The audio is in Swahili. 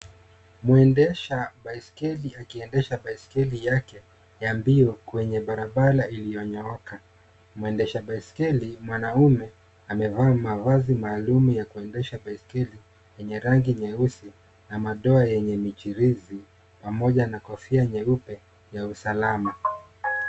Mwendesha baiskeli akiendesha baiskeli yake ya mbio kwenye barabara iliyonyooka. Mwendesha baiskeli mwanamume amevaa mavazi maalum ya kuendesha baiskeli yenye rangi nyeusi na madoa yenye michirizi pamoja na kofia nyeupe ya usalama.